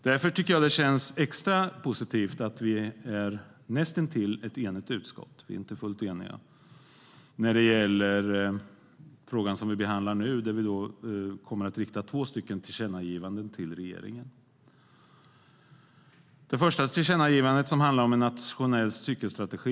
Därför tycker jag att det känns extra positivt att vi är näst intill ett enigt utskott - vi är inte fullt eniga, när det gäller frågan som vi behandlar nu - som kommer att rikta två tillkännagivanden till regeringen. Det första tillkännagivandet handlar om en cykelstrategi.